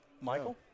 Michael